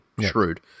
shrewd